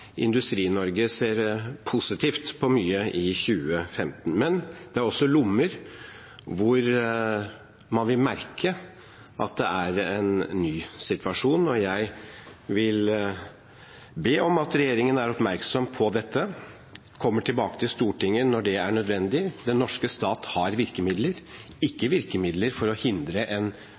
ser positivt på mye i 2015, men det er også lommer hvor man vil merke at det er en ny situasjon. Jeg vil be om at regjeringen er oppmerksom på dette og kommer tilbake til Stortinget når det er nødvendig. Den norske stat har virkemidler – ikke virkemidler for å hindre en